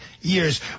years